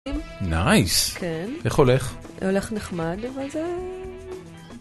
‫נייס. ‫-כן. ‫-איך הולך? ‫-הולך נחמד, אבל זה...